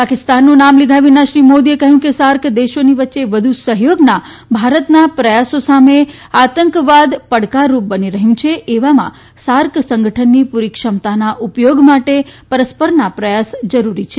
પાકિસ્તાનનું નામ લીધા વિના શ્રી મોદીએ કહ્યું કે સાર્ક દેશોની વચ્ચે વધુ સહયોગના ભારતના પ્રયાસો સામે આતંકવાદ પડકારરૂપ બની રહ્યો છે એવામાં સાર્ક સંગઠનની પૂરી ક્ષમતાના ઉપયોગ માટે પરસ્પરના પ્રયાસ જરૂરી છે